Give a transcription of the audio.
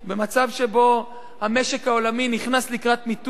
במצב שבו המשק העולמי נכנס למיתון,